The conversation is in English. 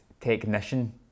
technician